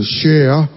share